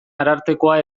arartekoa